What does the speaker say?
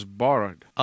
borrowed